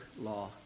law